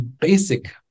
basic